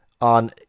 on